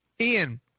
Ian